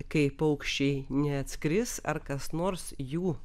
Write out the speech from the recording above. kai paukščiai neatskris ar kas nors jų